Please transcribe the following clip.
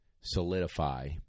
solidify